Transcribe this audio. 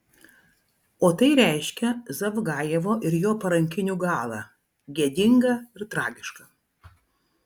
o tai reiškia zavgajevo ir jo parankinių galą gėdingą ir tragišką